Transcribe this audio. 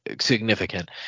significant